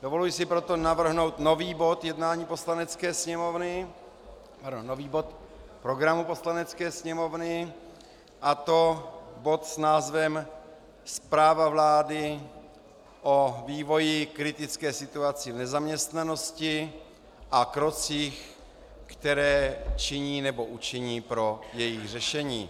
Dovoluji si proto navrhnout nový bod jednání Poslanecké sněmovny, nový bod programu Poslanecké sněmovny, a to bod s názvem Zpráva vlády o vývoji v kritické situaci v nezaměstnanosti a krocích, které činí nebo učiní pro jejich řešení.